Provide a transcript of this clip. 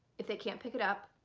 if they can't pick it up,